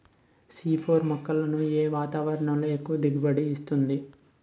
C four మొక్కలను ఏ వాతావరణంలో ఎక్కువ దిగుబడి ఇస్తుంది?